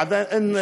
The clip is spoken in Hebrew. עדיין אין,